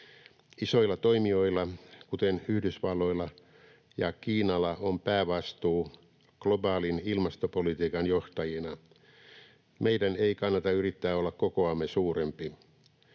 Isoilla toimijoilla, kuten Yhdysvalloilla ja Kiinalla, on päävastuu globaalin ilmastopolitiikan johtajina. Meidän ei kannata yrittää olla kokoamme suurempi.